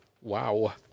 Wow